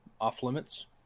off-limits